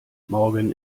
morgen